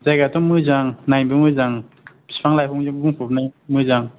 जायगायाथ' मोजां नायनोबो मोजां बिफां लाइफांजों बुंफबनाय मोजां